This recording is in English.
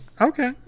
Okay